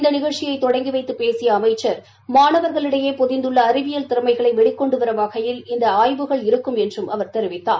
இந்த நிகழ்ச்சியை தொடங்கி வைத்து பேசிய அமைச்சர் மாணவர்களிடையே பொதிந்துள்ள அறிவியல் திறமைகளை வெளிக்கொண்டுவரும் வகையில் இந்த ஆய்வுகள் இருக்கும் என்றம் அவர் தெரிவித்தார்